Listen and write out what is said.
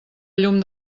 llum